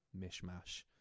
mishmash